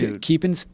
Keeping